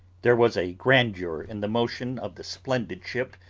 there was a grandeur in the motion of the splendid ship,